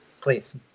Please